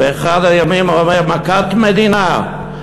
באחד הימים: מכת מדינה,